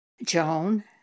Joan